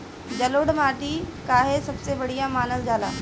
जलोड़ माटी काहे सबसे बढ़िया मानल जाला?